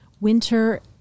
winter